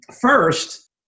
first